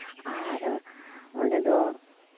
ᱟᱨ ᱚᱸᱰᱮ ᱫᱚ